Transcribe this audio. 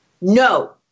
No